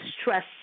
stress